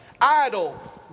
idle